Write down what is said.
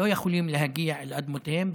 לא יכולים להגיע לאדמותיהם.